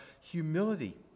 humility